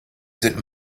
sind